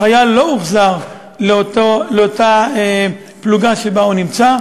החייל לא הוחזר לאותה פלוגה שבה הוא נמצא.